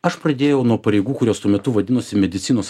aš pradėjau nuo pareigų kurios tuo metu vadinosi medicinos